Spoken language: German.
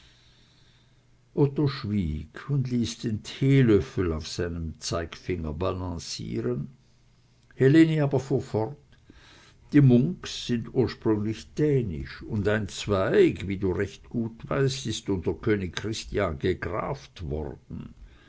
schwieg und ließ den teelöffel auf seinem zeigefinger balancieren helene aber fuhr fort die munks sind ursprünglich dänisch und ein zweig wie du recht gut weißt ist unter könig christian gegraft worden